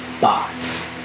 box